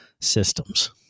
systems